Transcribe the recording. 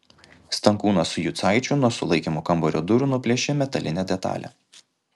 stankūnas su jucaičiu nuo sulaikymo kambario durų nuplėšė metalinę detalę